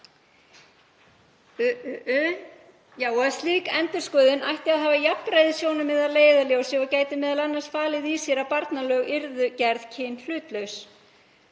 og að slík endurskoðun ætti að hafa jafnræðissjónarmið að leiðarljósi og gæti m.a. falið í sér að barnalög yrðu gerð kynhlutlaus.